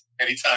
Anytime